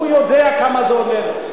הוא יודע כמה זה עולה לו.